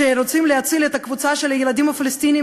שרוצים להציל את הקבוצה של הילדים הפלסטינים